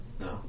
No